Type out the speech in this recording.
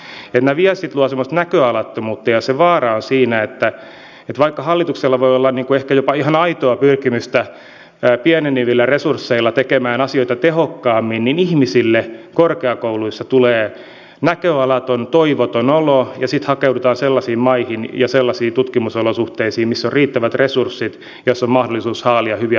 nämä viestit luovat semmoista näköalattomuutta ja se vaara on siinä että vaikka hallituksella voi olla ehkä jopa ihan aitoa pyrkimystä pienenevillä resursseilla tehdä asioita tehokkaammin niin ihmisille korkeakouluissa tulee näköalaton toivoton olo ja sitten hakeudutaan sellaisiin maihin ja sellaisiin tutkimusolosuhteisiin joissa on riittävät resurssit ja joissa on mahdollisuus haalia hyviä tutkimusryhmiä